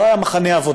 זה לא היה מחנה עבודה,